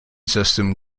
system